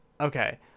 Okay